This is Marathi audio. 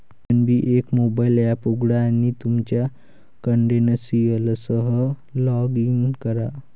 पी.एन.बी एक मोबाइल एप उघडा आणि तुमच्या क्रेडेन्शियल्ससह लॉग इन करा